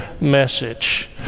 message